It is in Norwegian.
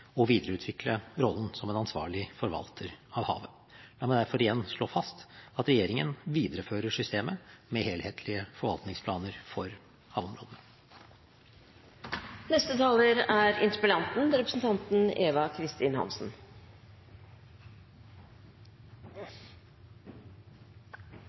og videreutvikle rollen som en ansvarlig forvalter av havet. La meg derfor igjen slå fast at regjeringen viderefører systemet med helhetlige forvaltningsplaner for